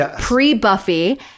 pre-Buffy